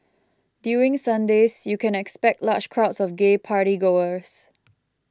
during Sundays you can expect large crowds of gay party goers